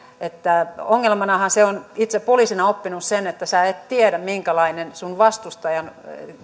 ongelmanahan on ja itse poliisina olen oppinut sen että sinä et tiedä minkälaiset sinun vastustajasi